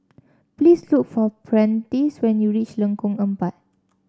please look for Prentice when you reach Lengkong Empat